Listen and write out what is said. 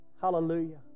Hallelujah